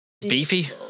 Beefy